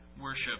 worship